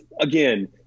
again